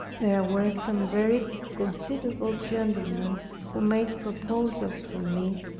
there were some very considerable gentlemen who made proposals for me,